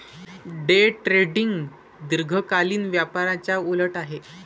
day trading दीर्घकालीन व्यापाराच्या उलट आहे